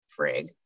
frig